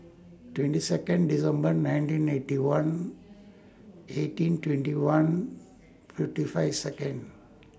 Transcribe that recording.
twenty Second December nineteen Eighty One eighteen twenty one fifty five Second